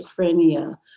schizophrenia